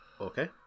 Okay